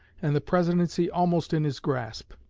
and the presidency almost in his grasp.